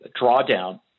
drawdown